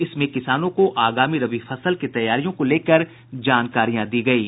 इसमें किसानों को आगामी रबी फसल की तैयारियों को लेकर जानकारियां दी गयी